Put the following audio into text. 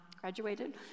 graduated